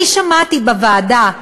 אני שמעתי בוועדה,